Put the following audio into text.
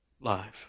life